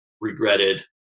regretted